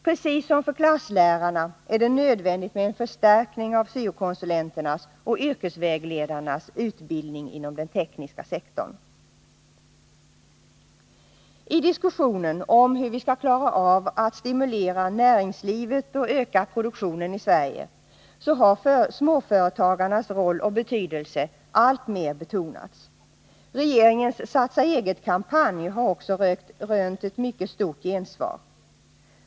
Precis som för klasslärarna är det nödvändigt med en förstärkning av syokonsulenternas och yrkesvägledarnas utbildning inom den tekniska sektorn. I diskussionen om hur vi skall klara av att stimulera näringslivet och öka produktionen i Sverige har småföretagarnas roll och betydelse alltmer betonats. Regeringens ”Satsa eget”-kampanj har också rönt ett mycket kraftigt gensvar.